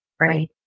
right